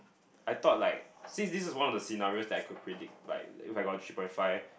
I thought like since this was one of the scenarios that I could predict like if I got three point five